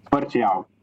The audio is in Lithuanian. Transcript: sparčiai auga